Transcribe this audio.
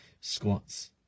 squats